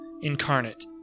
incarnate